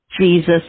Jesus